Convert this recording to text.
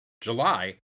July